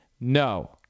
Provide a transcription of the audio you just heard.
No